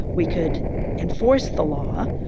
we could enforce the law.